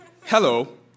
Hello